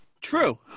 True